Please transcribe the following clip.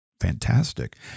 Fantastic